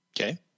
Okay